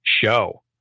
show